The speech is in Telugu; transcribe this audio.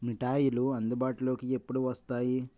మిఠాయిలు అందుబాటులోకి ఎప్పుడు వస్తాయి